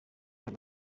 bari